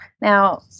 now